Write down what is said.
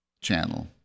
channel